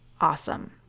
awesome